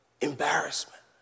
embarrassment